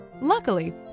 Luckily